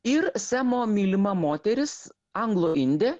ir semo mylima moteris anglo indė